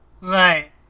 Right